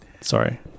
Sorry